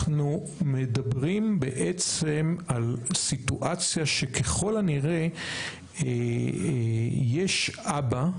מדברים בעצם על סיטואציה שככל הנראה יש אבא,